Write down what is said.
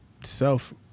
self